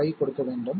5 கொடுக்க வேண்டும்